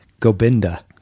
gobinda